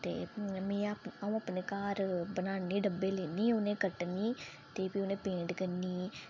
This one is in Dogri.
आऊँ अपने घर डब्बे लैन्नी उनै गी बनान्नी ते फ्ही उनें गी पेंट करनी